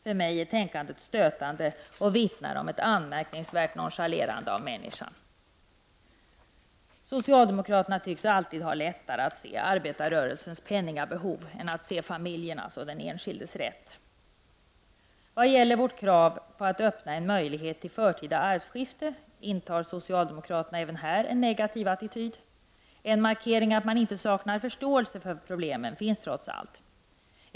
För mig är tänkandet stötande och vittnar om ett anmärkningsvärt nonchalerande av människan. Socialdemokraterna tycks alltid ha lättare att se arbetarrörelsens penningbehov än att se familjernas och den enskildes rätt. Även till vårt krav att öppna en möjlighet till förtida arvsskifte intar socialdemokraterna en negativ attityd. En markering av att man inte saknar förståelse för problemen finns trots allt.